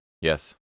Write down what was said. Yes